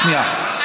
שנייה,